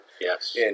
Yes